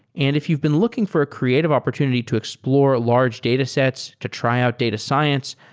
and if you've been looking for a creative opportunity to explore large datasets to try out data science,